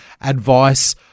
advice